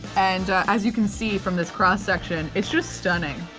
and as you can see from this cross section. it's just stunning.